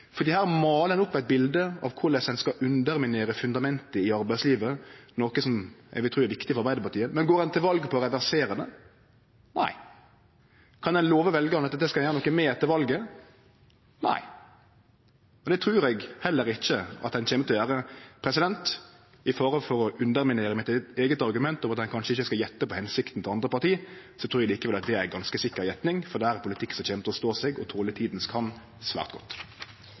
her målar ein opp eit bilete av korleis ein underminerer fundamentet i arbeidslivet, noko eg vil tru er viktig for Arbeidarpartiet. Men går ein til val på å reversere det? Nei. Kan ein love veljarane at ein skal gjere noko med det etter valet? Nei. Det trur eg heller ikkje at ein kjem til å gjere. I fare for å underminere mitt eige argument om at ein kanskje ikkje skal gjette på hensikta til eit anna parti, trur eg likevel det er ei ganske sikker gjetting, for dette er politikk som kjem til å stå seg, og som toler tidas tann svært godt.